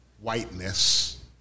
whiteness